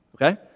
Okay